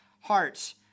hearts